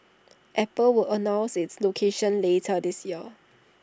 Apple will announce its location later this year